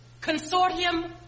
Consortium